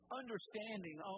understanding